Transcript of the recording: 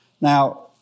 Now